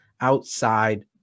outside